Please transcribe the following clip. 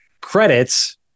Credits